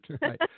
right